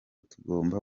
tugomba